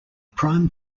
prime